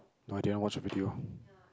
no I didn't watch the video